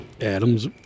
Adam's